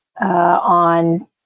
on